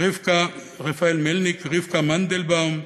רבקה מנדלבאום,